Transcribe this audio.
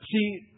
See